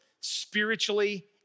spiritually